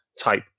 type